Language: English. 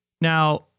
Now